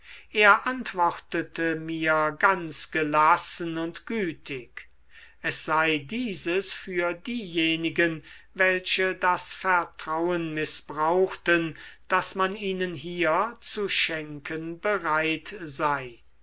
er antwortete mir ganz gelassen und gütig es sei dieses für diejenigen welche das vertrauen mißbrauchten das man ihnen hier zu schenken bereit sei